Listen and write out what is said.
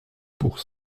pour